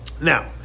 Now